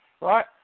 right